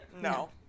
No